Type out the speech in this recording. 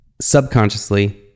subconsciously